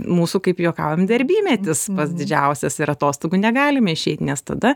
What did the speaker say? mūsų kaip juokaujam darbymetis pats didžiausias ir atostogų negalime išeiti nes tada